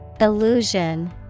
Illusion